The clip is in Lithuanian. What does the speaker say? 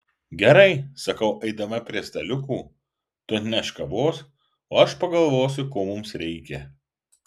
gerai sakau eidama prie staliukų tu atnešk kavos o aš pagalvosiu ko mums reikia